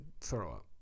throw-up